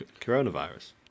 coronavirus